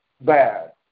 bad